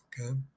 Okay